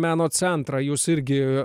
meno centrą jūs irgi